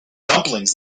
dumplings